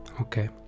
Okay